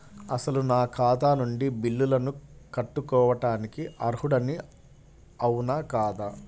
అసలు నా ఖాతా నుండి బిల్లులను కట్టుకోవటానికి అర్హుడని అవునా కాదా?